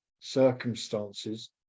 circumstances